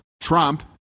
Trump